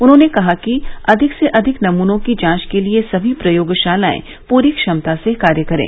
उन्होंने कहा कि अधिक से अधिक नमूनों की जांच के लिये समी प्रयोगशालाएं पूरी क्षमता से कार्य करे